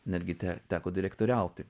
netgi te teko direktoriauti